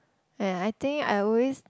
and I think I always